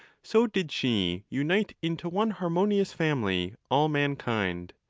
so did she unite into one harmonious family all mankind.